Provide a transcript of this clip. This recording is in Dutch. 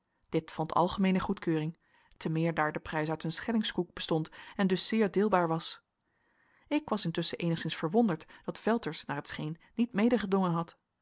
dit vond algemeene goedkeuring te meer daar de prijs uit een schellingskoek bestond en dus zeer deelbaar was ik was intusschen eenigszins verwonderd dat velters naar het scheen niet medegedongen had